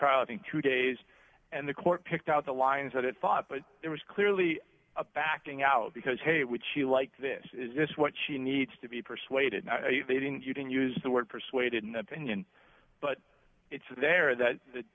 trial i think two days and the court picked out the lines that it thought but it was clearly a backing out because hey would she like this is this what she needs to be persuaded and they didn't you can use the word persuaded an opinion but it's there that th